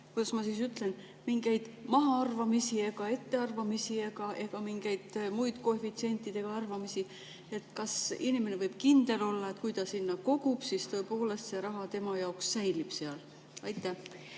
kuidas ma ütlen, mahaarvamisi ega ettearvamisi ega mingeid muid koefitsientidega arvamisi? Kas inimene võib kindel olla, et kui ta sinna kogub, siis tõepoolest see raha tema jaoks seal säilib? Aitäh!